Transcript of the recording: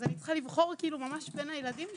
אז אני צריכה לבחור בין הילדים שלי.